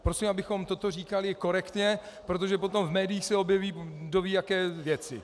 Prosím, abychom toto říkali korektně, protože potom v médiích se objeví kdovíjaké věci.